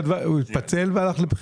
הוא הלך לבחירות.